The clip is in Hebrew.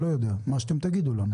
מה שתגידו לנו?